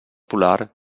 polar